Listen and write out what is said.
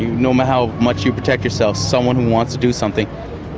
no matter how much you protect yourself, someone wants to do something,